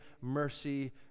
mercy